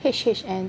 eh H_H_N